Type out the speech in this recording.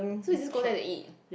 so you just go there and eat